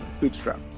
bootstrap